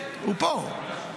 הוא פה.